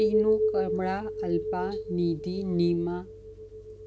Tinu Kamala Alpa Nidhi Nima